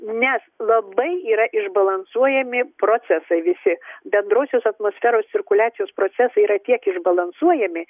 nes labai yra išbalansuojami procesai visi bendrosios atmosferos cirkuliacijos procesai yra tiek išbalansuojami